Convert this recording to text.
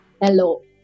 hello